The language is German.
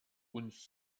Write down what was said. uns